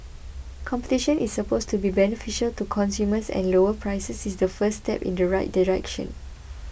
competition is supposed to be beneficial to consumers and lower prices is the first step in the right direction